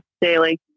daily